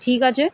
ঠিক আছে